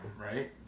right